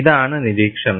ഇതാണ് നിരീക്ഷണം